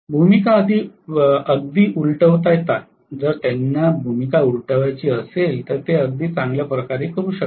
भूमिका अगदी उलटवता येते जर त्यांना भूमिका उलटवायची असेल तर ते अगदी चांगल्या प्रकारे करू शकतात